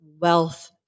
wealth